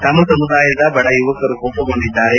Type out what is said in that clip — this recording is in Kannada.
ತಮ್ಮ ಸಮುದಾಯದ ಬಡ ಯುವಕರು ಕೋಪಗೊಂಡಿದ್ದಾರೆ